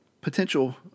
potential